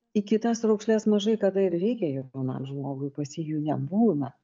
į kitas raukšles mažai kada ir reikia jaunam žmogui pas jį jų nebūna